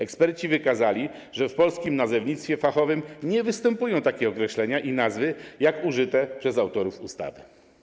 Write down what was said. Eksperci wykazali, że w polskim nazewnictwie fachowym nie występują takie określenia i nazwy jak te użyte przez autorów ustawy.